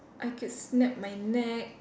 I could snap my neck